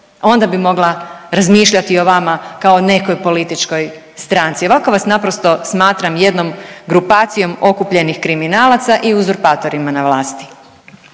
onda bi mogla razmišljati o vama kao o nekoj političkoj stranci. Ovako vas naprosto smatram jednom grupacijom okupljenih kriminalaca i uzurpatorima na vlasti.